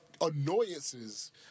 annoyances